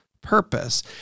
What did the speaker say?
purpose